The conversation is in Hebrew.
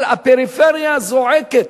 אבל הפריפריה זועקת.